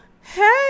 Hey